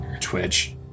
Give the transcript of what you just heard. Twitch